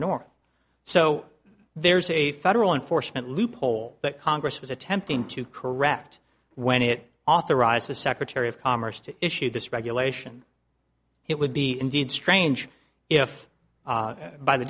north so there's a federal enforcement loophole that congress was attempting to correct when it authorized the secretary of commerce to issue this regulation it would be indeed strange if by the